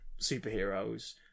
superheroes